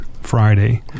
Friday